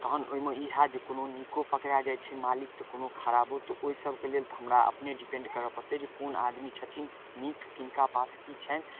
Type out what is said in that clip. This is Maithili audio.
तहन ओइमे ई हैत जे कोनो नीको पकड़ा जाइ छै मालिक तऽ कोनो खराबो तऽ ओइ सबके लेल तऽ हमरा अपने डिपेंड करऽ पड़तै जे कोन आदमी छथिन नीक किनका पास की छनि